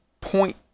point